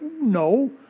No